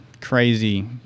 crazy